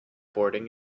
boarding